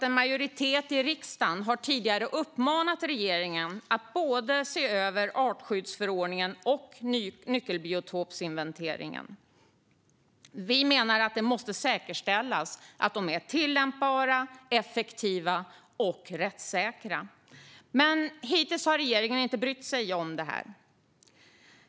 En majoritet i riksdagen har tidigare uppmanat regeringen att se över både artskyddsförordningen och nyckelbiotopsinventeringen. Vi menar att det måste säkerställas att de är tillämpbara, effektiva och rättssäkra. Men hittills har regeringen inte brytt sig om detta.